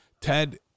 Ted